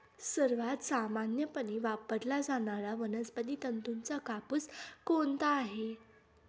सर्वात सामान्यपणे वापरला जाणारा वनस्पती तंतूचा कापूस कोणता आहे?